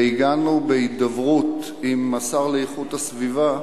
והגענו, בהידברות עם השר לאיכות הסביבה,